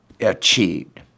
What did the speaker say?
achieved